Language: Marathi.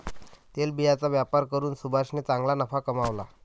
तेलबियांचा व्यापार करून सुभाषने चांगला नफा कमावला